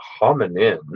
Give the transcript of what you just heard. hominin